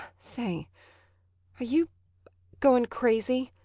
say are you going crazy?